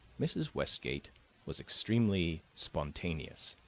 mrs. westgate was extremely spontaneous.